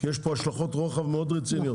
כי יש פה השלכות רוחב מאוד רציניות.